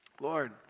Lord